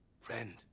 friend